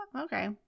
Okay